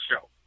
show